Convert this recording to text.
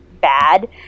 bad